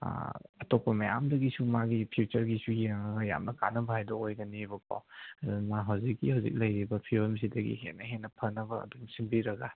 ꯑꯇꯣꯞꯄ ꯃꯌꯥꯝꯗꯨꯒꯤꯁꯨ ꯃꯥꯒꯤ ꯐ꯭ꯌꯨꯆꯔꯒꯤꯁꯨ ꯌꯦꯡꯂꯒ ꯌꯥꯝꯅ ꯀꯥꯟꯅꯕ ꯍꯥꯏꯗꯣ ꯑꯣꯏꯒꯅꯦꯕꯀꯣ ꯑꯗꯨꯅ ꯍꯧꯖꯤꯛꯀꯤ ꯍꯧꯖꯤꯛ ꯂꯩꯔꯤꯕ ꯐꯤꯕꯝꯁꯤꯗꯒꯤ ꯍꯦꯟꯅ ꯍꯦꯟꯅ ꯐꯅꯕ ꯑꯗꯨꯝ ꯁꯤꯟꯕꯤꯔꯒ